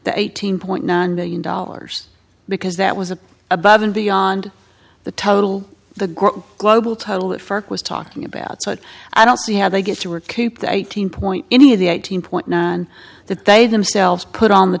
the eighteen point nine million dollars because that was a above and beyond the total the global total that first was talking about so i don't see how they get to recoup the eighteen point any of the eighteen point nine that they themselves put on the